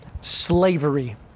slavery